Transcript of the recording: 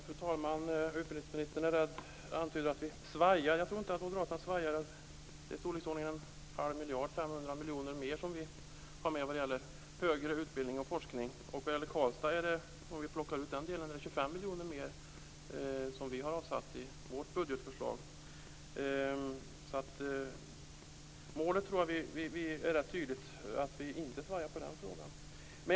Fru talman! Utbildningsministern antyder att vi svajar. Jag tror inte att Moderaterna svajar. Vi har med i storleksordningen en halv miljard, 500 miljoner kronor, mer vad gäller högre utbildning och forskning. Vad gäller Karlstad är det, om vi plockar ut den delen, 25 miljoner kronor mer som vi har avsatt i vårt budgetförslag. När det gäller målet tror jag att det är rätt tydligt att vi inte svajar i den frågan.